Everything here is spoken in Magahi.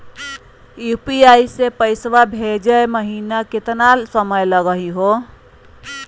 यू.पी.आई स पैसवा भेजै महिना केतना समय लगही हो?